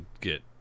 get